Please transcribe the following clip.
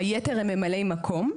היתר הם ממלאי מקום.